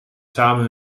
samen